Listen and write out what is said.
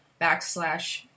backslash